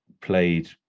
played